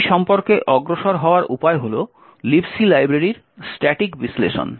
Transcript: এটি সম্পর্কে অগ্রসর হওয়ার উপায় হল Libc লাইব্রেরির স্ট্যাটিক বিশ্লেষণ